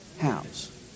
house